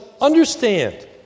understand